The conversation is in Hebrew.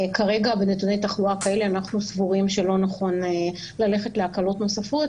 כרגע בנתוני תחלואה כאלה אנחנו סבורים שלא נכון ללכת להקלות נוספות